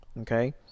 okay